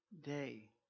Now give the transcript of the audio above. day